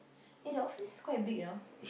eh the office is quite big you know